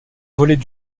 volet